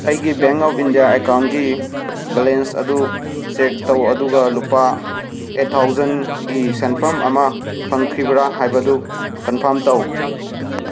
ꯑꯩꯒꯤ bank of India ꯑꯦꯀꯥꯎꯟꯒꯤ balance ꯑꯗꯨ ꯆꯦꯛ ꯇꯧ ꯑꯗꯨꯒ ꯂꯨꯄꯥ ꯑꯩꯠ ꯊꯥꯎꯖꯟꯒꯤ ꯁꯦꯟꯐꯝ ꯑꯃ ꯐꯪꯈꯤꯕ꯭ꯔꯥ ꯍꯥꯏꯕꯗꯨ ꯀꯟꯐꯔꯝ ꯇꯧ